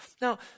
now